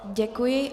Děkuji.